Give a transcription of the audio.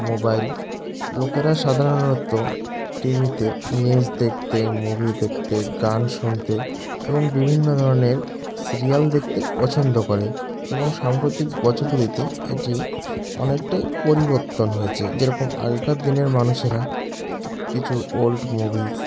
mobile লোকেরা সাধারণত টিভিতে নিউজ দেখতে মুভি দেখতে গান শুনতে এবং বিভিন্ন ধরনের সিরিয়াল দেখতে পছন্দ করে এবং সাম্প্রতিক বছরগুলিতে এটি অনেকটাই পরিবর্তন হয়েছে যেরকম আগেকার দিনের মানুষেরা কিছু ওল্ড মুভিজ